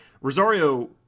Rosario